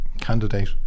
candidate